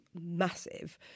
massive